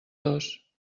dos